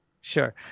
Sure